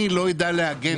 אני לא אדע להגן.